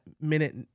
minute